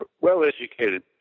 well-educated